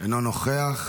אינו נוכח.